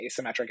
asymmetric